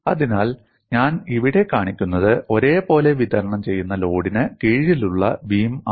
അതിനാൽ ഞാൻ ഇവിടെ കാണിക്കുന്നത് ഒരേപോലെ വിതരണം ചെയ്യുന്ന ലോഡിന് കീഴിലുള്ള ബീം ആണ്